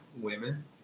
women